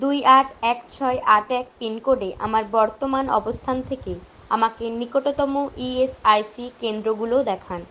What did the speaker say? দুই আট এক ছয় আট এক পিন কোডে আমার বর্তমান অবস্থান থেকে আমাকে নিকটতম ইএসআইসি কেন্দ্রগুলো দেখান